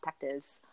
detectives